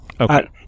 okay